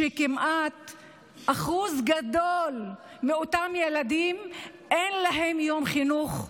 לאחוז גדול מהילדים אין יום חינוך ארוך,